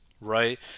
right